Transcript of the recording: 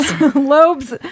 Lobes